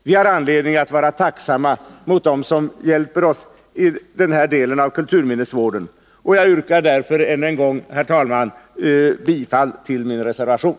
Vi har anledning att vara tacksamma mot dem som hjälper oss i denna del av kulturminnesvården, och jag yrkar därför än en gång bifall till min reservation.